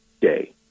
day